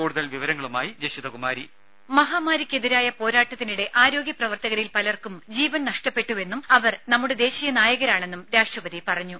കൂടുതൽ വിവരങ്ങളുമായി ജഷിത കുമാരി വോയ്സ് രുമ മഹാമാരിക്കെതിരായ പോരാട്ടത്തിനിടെ ആരോഗ്യ പ്രവർത്തകരിൽ പലർക്കും ജീവൻ നഷ്ടപ്പെട്ടുവെന്നും അവർ നമ്മുടെ ദേശീയ നായകരാണെന്നും രാഷ്ട്രപതി പറഞ്ഞു